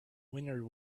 winner